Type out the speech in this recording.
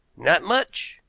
not much!